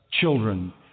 children